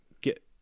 get